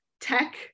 tech